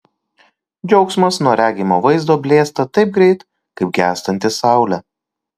džiaugsmas nuo regimo vaizdo blėsta taip greitai kaip gęstanti saulė